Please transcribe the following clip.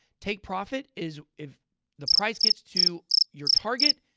take-profit is if the price gets to your target,